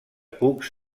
cucs